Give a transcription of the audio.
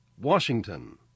Washington